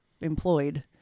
employed